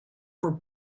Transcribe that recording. for